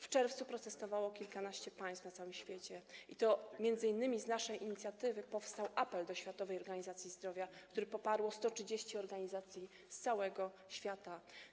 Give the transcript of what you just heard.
W czerwcu protestowało kilkanaście państw na całym świecie i to m.in. z naszej inicjatywy powstał apel do Światowej Organizacji Zdrowia, który poparło 130 organizacji z całego świata.